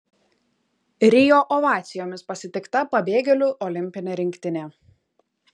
rio ovacijomis pasitikta pabėgėlių olimpinė rinktinė